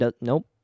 nope